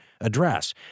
address